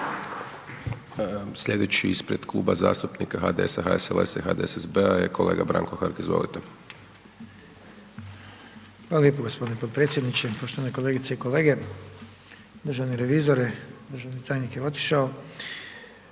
Sljedeći ispred Kluba zastupnika HDS-a, HSSL-a i HDSSB-a, je kolega Branko Hrg, izvolite. **Hrg, Branko (HDS)** Hvala lijepo gospodine potpredsjedniče, poštovane kolegice i kolege. Državni revizore, državni tajnik je otišao.